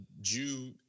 jew